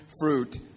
fruit